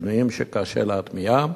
שינויים שקשה להטמיעם.